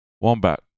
Wombat